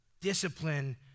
Discipline